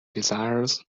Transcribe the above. desires